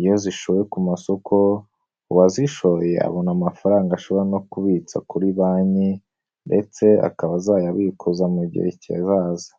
iyo zishowe ku masoko uwazishoye abona amafaranga ashobora no kubitsa kuri banki ndetse akaba azayabikoza mu gihe kizaza.